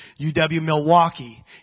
UW-Milwaukee